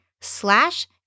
slash